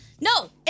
No